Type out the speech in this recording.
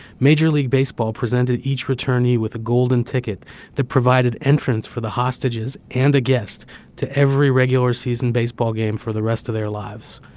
major league baseball presented each returnee with a golden ticket that provided entrance for the hostages and a guest to every regular season baseball game for the rest of their lives.